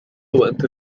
وأنت